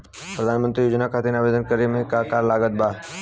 प्रधानमंत्री योजना खातिर आवेदन करे मे का का लागत बा?